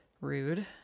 rude